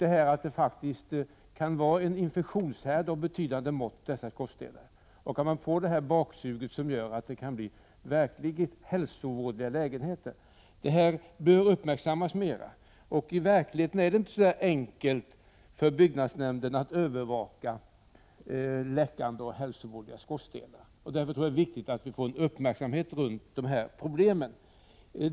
Dessa skorstenar kan faktiskt vara en infektionshärd av betydande mått, och baksug kan göra att man får verkligt hälsovådliga lägenheter. I verkligheten är det inte så alldeles enkelt för byggnadsnämnderna att övervaka läckande och hälsovådliga skorstenar, och därför tror jag det är viktigt att få uppmärksamhet riktad på problemen.